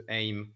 aim